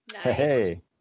Hey